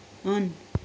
on